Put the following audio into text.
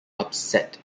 upset